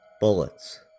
bullets